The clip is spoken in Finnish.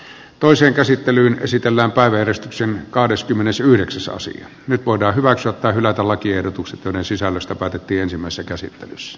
toiseen käsittelyyn esitellään päiväjärjestyksen kahdeskymmenesyhdeksäs osa nyt voidaan hyväksyä tai hylätä lakiehdotukset joiden sisällöstä päätettiinsimmässä käsittelyssä